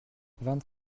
vingt